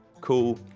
cool.